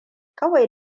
kawai